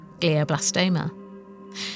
glioblastoma